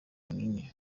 runini